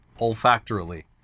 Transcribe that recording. olfactorily